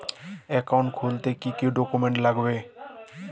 Account খুলতে কি কি ডকুমেন্ট লাগবে?